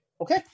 Okay